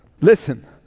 listen